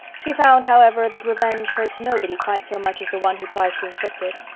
she found, however, that revenge hurts nobody quite so much as the one who tries to inflict it.